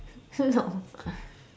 no